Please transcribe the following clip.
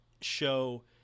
show